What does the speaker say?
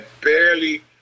barely